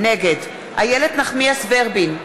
נגד איילת נחמיאס ורבין,